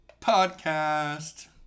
Podcast